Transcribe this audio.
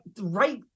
right